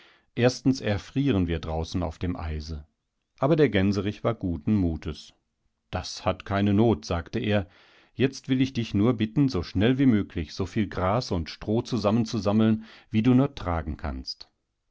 erstens erfrieren wir draußen auf demeise aber der gänserich war guten mutes das hat keine not sagte er jetzt will ich dich nur bitten so schnell wie möglich soviel gras und stroh zusammenzusammeln wiedunurtragenkannst als der